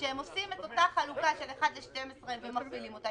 כשהם עושים את אותה חלוקה של 1/12 ומפעילים אותה,